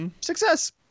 success